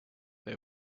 they